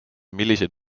milliseid